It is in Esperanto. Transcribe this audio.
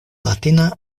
latina